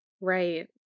Right